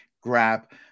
grab